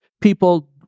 people